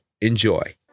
enjoy